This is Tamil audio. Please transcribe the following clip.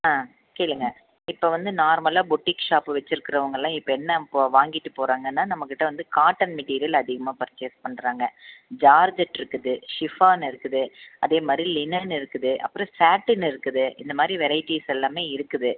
ஆ கேளுங்க இப்போ வந்து நார்மலாக பொட்டிக் ஷாப் வச்சுருக்குறவங்களாம் இப்போ என்ன வாங்கிட்டு போகிறாங்கனா நம்மக்கிட்டே வந்து காட்டன் மெட்டிரியல் அதிகமாக பர்சேஸ் பண்ணுறாங்க ஜார்ஜெட் இருக்குது ஷிஃபான் இருக்குது அதேமாதிரி லினென் இருக்குது அப்புறம் சேட்டர்ன் இருக்குது இந்தமாதிரி வெரைட்டிஸ் எல்லாமே இருக்குது